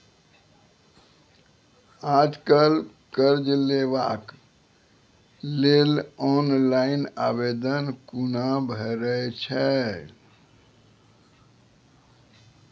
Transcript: आज कल कर्ज लेवाक लेल ऑनलाइन आवेदन कूना भरै छै?